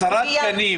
הבעיה קיימת?